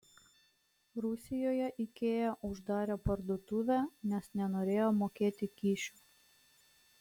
rusijoje ikea uždarė parduotuvę nes nenorėjo mokėti kyšių